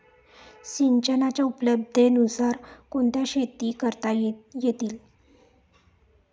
सिंचनाच्या उपलब्धतेनुसार कोणत्या शेती करता येतील?